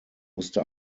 musste